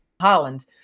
Holland